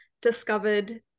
discovered